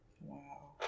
Wow